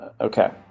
Okay